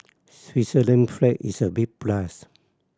Switzerland flag is a big plus